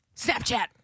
Snapchat